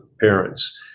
parents